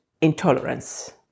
intolerance